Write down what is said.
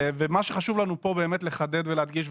מה שחשוב לנו פה באמת לחדד ולהדגיש.